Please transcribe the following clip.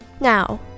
Now